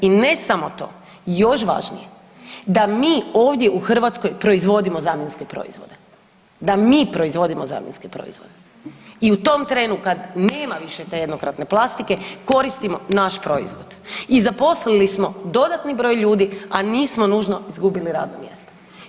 I ne samo to, još važnije, da mi ovdje u Hrvatskoj proizvodimo zamjenske proizvode, da mi proizvodimo zamjenske proizvode i u tom trenu kad nema više te jednokratne plastike koristimo naš proizvod i zaposlili smo dodatni broj ljudi, a nismo nužno izgubili radna mjesta.